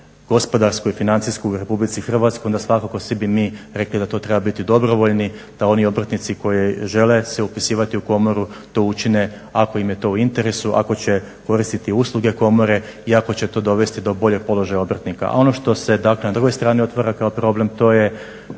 gospodarsku i financijsku u Republici Hrvatskoj onda svakako svi bi mi rekli da to treba biti dobrovoljni, da oni obrtnici koji žele se upisivati u komoru to učine ako im je to u interesu, ako će koristiti usluge komore i ako će to dovesti do boljeg položaja obrtnika. Ono što se dakle na drugoj strani otvara kao problem to je